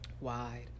Wide